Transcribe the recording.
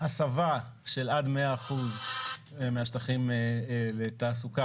הסבה של עד 100% מהשטחים המיועדים לתעסוקה